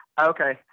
Okay